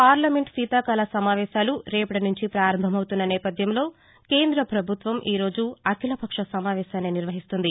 parliament శీతాకాల సమావేశాలు రేపటి నుంచి పారంభమవుతున్న నేపధ్యంలో కేంద్ర పభుత్వం ఈ రోజు అఖిలపక్ష సమావేశాన్ని నిర్వహిస్తుంది